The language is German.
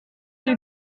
die